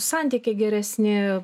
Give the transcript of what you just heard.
santykiai geresni